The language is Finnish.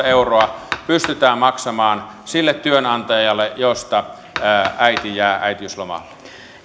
euroa pystytään maksamaan sille työnantajalle josta äiti jää äitiyslomalle